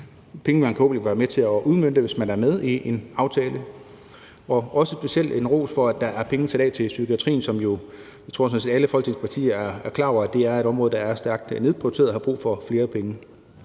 er penge, man forhåbentlig kan være med til at udmønte, hvis man er med i en aftale. Og vi har også specielt en ros til, at der er sat penge af til psykiatrien, som jeg sådan set tror alle Folketingets partier er klar over er et område, der er stærkt nedprioriteret og har brug for flere penge.